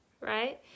right